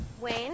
Wayne